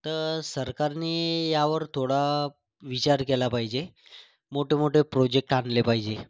तर सरकारनी यावर थोडा विचार केला पाहिजे मोठंमोठं प्रोजेक्ट आणले पाहिजे